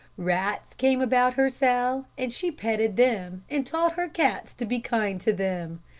rats came about her cell and she petted them and taught her cats to be kind to them.